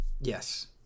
Yes